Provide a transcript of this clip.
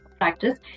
practice